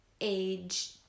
age